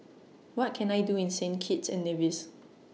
What Can I Do in Saint Kitts and Nevis